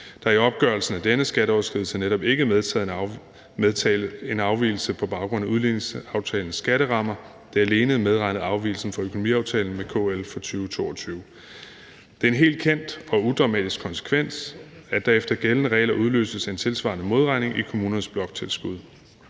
Der er i opgørelsen af denne skatteoverskridelse netop ikke medtaget en afvigelse på baggrund af udligningsaftalens skatterammer. Der er alene medregnet afvigelsen fra økonomiaftalen med KL for 2022. Det er en helt kendt og udramatisk konsekvens, at der efter gældende regler udløses en tilsvarende modregning i kommunernes bloktilskud